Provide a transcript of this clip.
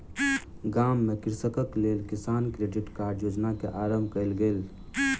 गाम में कृषकक लेल किसान क्रेडिट कार्ड योजना के आरम्भ कयल गेल